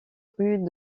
rue